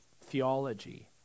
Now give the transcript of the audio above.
theology